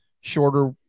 shorter